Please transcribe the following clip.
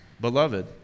Beloved